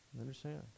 understand